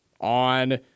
on